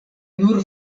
nur